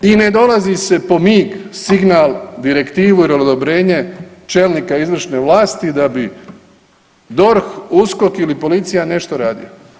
I ne dolazi se po mig, signal, direktivu ili odobrenje čelnika izvršne vlasti da bi DORH, USKOK ili policija nešto radili.